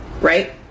right